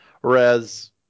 whereas